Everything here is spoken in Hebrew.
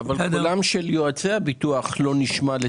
אבל לצערי קולם של יועצי הביטוח לא נשמע.